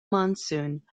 monsoon